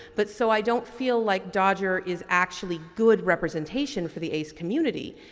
but so, i don't feel like dodger is actually good representation for the ace community,